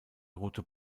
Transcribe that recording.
rote